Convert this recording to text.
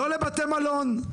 לא לבתי מלון,